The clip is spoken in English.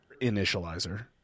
initializer